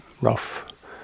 rough